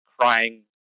Crying